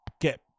get